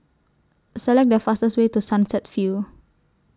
Select The fastest Way to Sunset View